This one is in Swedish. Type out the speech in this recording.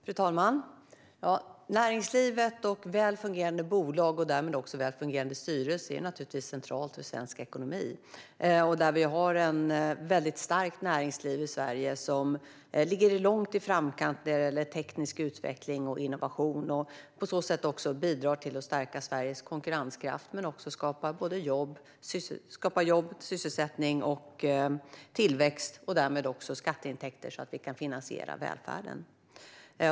Fru talman! Näringslivet, välfungerande bolag och därmed också välfungerande styrelser är naturligtvis centralt för svensk ekonomi. Vi har ett väldigt starkt näringsliv i Sverige som ligger i framkant när det gäller teknisk utveckling och innovation och bidrar på så sätt också till att stärka Sveriges konkurrenskraft liksom till att skapa jobb, sysselsättning, tillväxt och därmed också skatteintäkter så att vi kan finansiera välfärden.